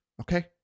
Okay